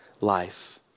life